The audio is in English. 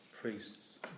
priests